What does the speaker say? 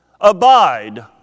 Abide